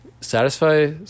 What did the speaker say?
satisfy